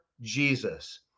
Jesus